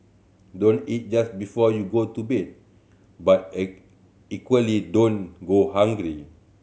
don't eat just before you go to bed but equally don't go hungry